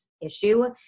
issue